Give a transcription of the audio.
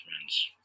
friends